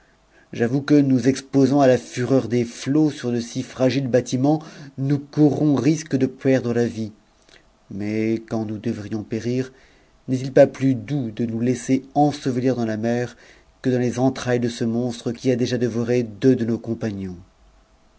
j'avoue que nous exposant à la fureur des flots sur de si fragiles bâtiments nous courons risque de perdre la vie mais quand nous devrions périr n'est-il pas plus doux de nous laisser ensevelir dans la mer que dans les entrailles de ce monstre qui a déjà dévoré deux de nos compagnons